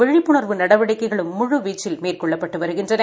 விழிப்புணர்வு நடவடிக்கைகளும் முழுவீச்சில் மேற்கொள்ளப்பட்டு வருகின்றன